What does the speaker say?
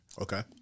Okay